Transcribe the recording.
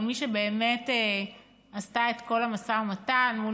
אבל מי שבאמת עשתה את כל המשא ומתן מול